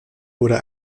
wurde